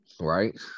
right